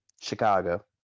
Chicago